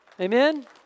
Amen